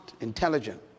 intelligent